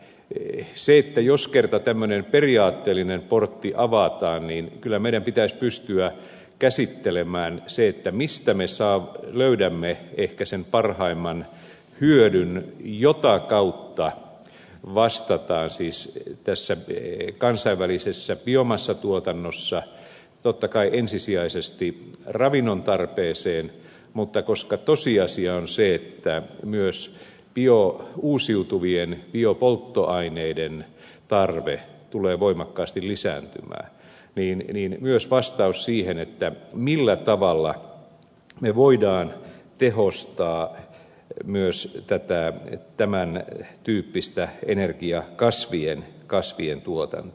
yhä se että jos kerran tämmöinen periaatteellinen portti avataan niin kyllä meidän pitäisi pystyä käsittelemään se mistä me löydämme ehkä sen parhaimman hyödyn jota kautta vastataan tässä kansainvälisessä biomassatuotannossa totta kai ensisijaisesti ravinnon tarpeeseen mutta koska tosiasia on se että myös uusiutuvien biopolttoaineiden tarve tulee voimakkaasti lisääntymään niin tarvitaan myös vastaus siihen millä tavalla me voimme tehostaa myös tämän tyyppistä energiakasvien tuotantoa